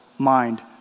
Mind